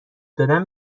دادن